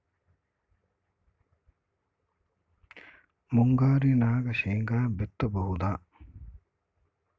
ಮುಂಗಾರಿನಾಗ ಶೇಂಗಾ ಬಿತ್ತಬಹುದಾ?